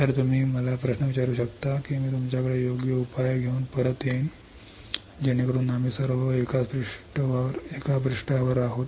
तर तुम्ही मला प्रश्न विचारू शकता की मी तुमच्याकडे योग्य उपाय घेऊन परत येईन जेणेकरून आम्ही सर्व एकाच पृष्ठावर आहोत